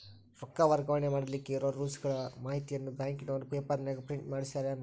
ರೊಕ್ಕ ವರ್ಗಾವಣೆ ಮಾಡಿಲಿಕ್ಕೆ ಇರೋ ರೂಲ್ಸುಗಳ ಮಾಹಿತಿಯನ್ನ ಬ್ಯಾಂಕಿನವರು ಪೇಪರನಾಗ ಪ್ರಿಂಟ್ ಮಾಡಿಸ್ಯಾರೇನು?